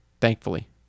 Thankfully